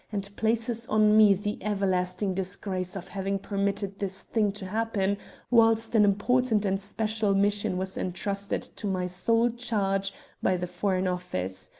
and places on me the everlasting disgrace of having permitted this thing to happen whilst an important and special mission was entrusted to my sole charge by the foreign office.